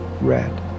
red